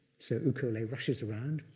so u ko lay rushes around,